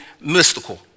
mystical